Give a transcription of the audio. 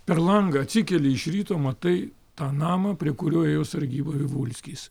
per langą atsikeli iš ryto matai tą namą prie kurio ėjo sargybą vivulskis